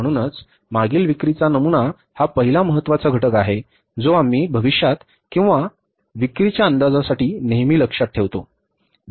म्हणूनच मागील विक्रीचा नमुना हा पहिला महत्त्वाचा घटक आहे जो आम्ही भविष्यात विक्री किंवा विक्रीच्या अंदाजासाठी नेहमी लक्षात ठेवतो